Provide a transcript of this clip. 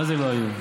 מה זה "לא היו"?